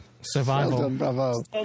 survival